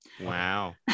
Wow